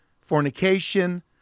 fornication